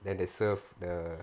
then they serve the